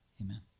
amen